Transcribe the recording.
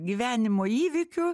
gyvenimo įvykių